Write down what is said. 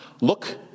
look